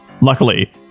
Luckily